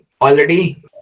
already